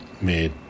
made